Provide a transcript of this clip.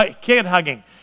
kid-hugging